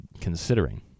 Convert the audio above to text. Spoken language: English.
considering